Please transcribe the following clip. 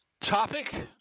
topic